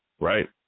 right